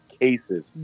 cases